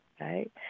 right